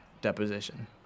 deposition